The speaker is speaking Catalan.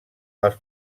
els